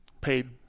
paid